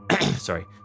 Sorry